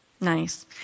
Nice